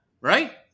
right